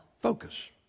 focus